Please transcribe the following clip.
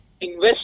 invest